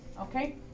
Okay